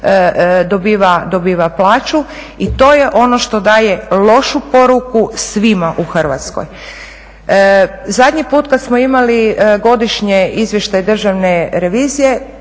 dobiva plaću. I to je ono što daje lošu poruku svima u Hrvatskoj. Zadnji put kad smo imali godišnje izvještaje državni revizije